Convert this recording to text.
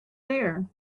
there